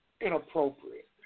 inappropriate